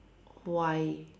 why